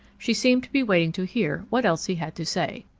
she seemed to be waiting to hear what else he had to say.